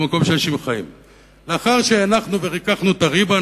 לאחר שריככנו את הריבה,